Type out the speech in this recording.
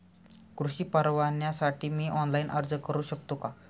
कृषी परवान्यासाठी मी ऑनलाइन अर्ज करू शकतो का?